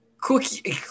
Cookie